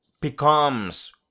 becomes